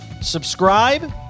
subscribe